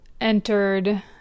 entered